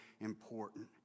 important